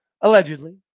allegedly